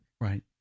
Right